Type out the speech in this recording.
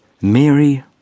Mary